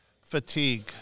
fatigue